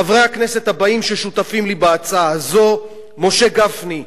חברי הכנסת ששותפים לי בהצעה הזאת: משה גפני,